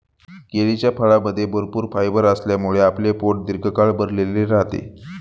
केळीच्या फळामध्ये भरपूर फायबर असल्यामुळे आपले पोट दीर्घकाळ भरलेले राहते